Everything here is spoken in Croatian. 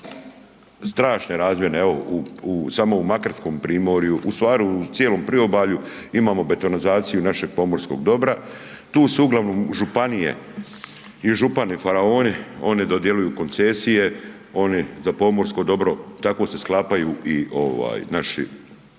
strašne razmjere samo u makarskom primorju, ustvari u cijelom priobalju imamo betonizaciju našeg pomorskog dobra. Tu su uglavnom županije i župani faraoni. Oni dodjeljuju koncesije, oni za pomorsko dobro tako se sklapaju i naše